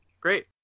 Great